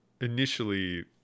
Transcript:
initially